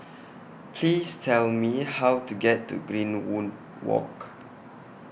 Please Tell Me How to get to Greenwood Walk